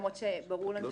אני רואה